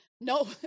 No